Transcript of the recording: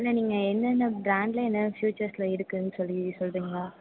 இல்லை நீங்கள் என்னென்ன பிராண்டில் என்னென்ன ஃப்யூச்சர்சில் இருக்குதுனு சொல்லி சொல்கிறிங்களா